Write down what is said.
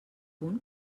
punt